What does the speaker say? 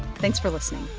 thanks for listening